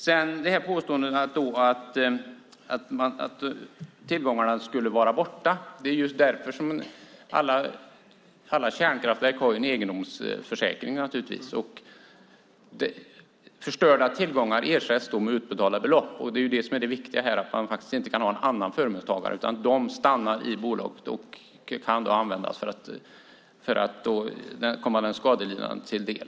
När det gäller påståendet att tillgångarna skulle vara borta har naturligtvis alla anläggningshavare en egendomsförsäkring, så förstörda tillgångar ersätts. Det som är det viktiga här är att man inte kan ha en annan förmånstagare, utan pengarna stannar i bolaget och kan då komma den skadelidande till del.